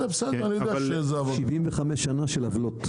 אני יודע שזה עבודה.